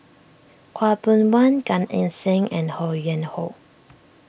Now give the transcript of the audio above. Khaw Boon Wan Gan Eng Seng and Ho Yuen Hoe